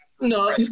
No